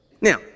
Now